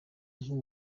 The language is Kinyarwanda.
nk’u